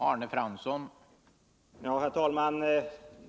Herr talman!